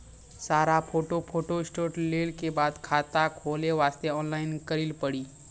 सारा photo photostat लेल के बाद खाता खोले वास्ते ऑनलाइन करिल पड़ी?